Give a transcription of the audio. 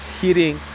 heating